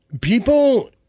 people